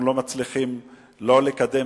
אנחנו לא מצליחים לקדם